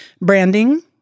branding